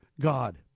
God